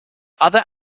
other